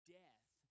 death